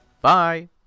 Bye